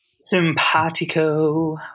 simpatico